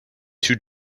two